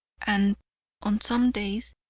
and on some days,